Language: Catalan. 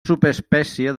subespècie